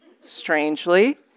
strangely